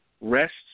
rests